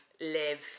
live